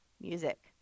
Music